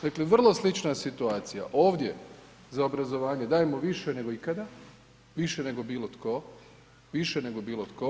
Dakle, vrlo slična situacija ovdje za obrazovanje dajemo više nego ikada, više nego bilo tko, više nego bilo tko.